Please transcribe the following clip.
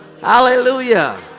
Hallelujah